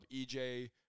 EJ